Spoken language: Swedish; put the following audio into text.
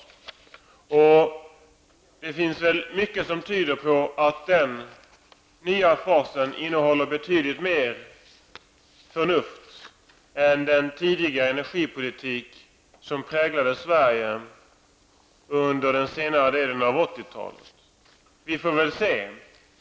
Det finns mycket som tyder på att denna nya fas innehåller betydligt mer förnuft än den tidigare energipolitik som präglade Sverige under den senare delen under 1980-talet. Vi får väl se.